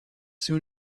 soon